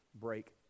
break